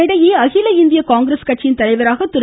இதனிடையே அகில இந்திய காங்கிரஸ் கட்சியின் தலைவராக திரு